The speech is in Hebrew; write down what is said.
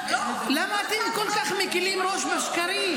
--- למה אתם כל כך מקילים ראש בשקרים?